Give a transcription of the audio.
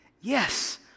Yes